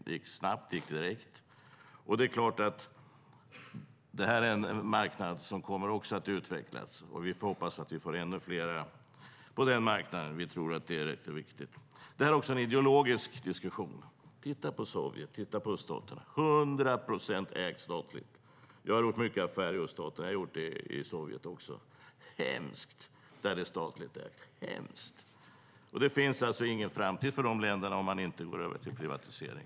Det gick snabbt, och det gick direkt. Det är en marknad som också kommer att utvecklas, och vi får hoppas att vi får ännu fler på den marknaden. Vi tror att det är rätt och viktigt. Det här är också en ideologisk diskussion. Titta på Sovjet och öststaterna! 100 procent ägs statligt. Jag har gjort mycket affärer i öststaterna; jag har gjort det i Sovjet också. Det är hemskt där det är statligt ägt, hemskt. Det finns ingen framtid för de länderna om de inte går över till privatisering.